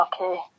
Okay